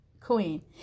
queen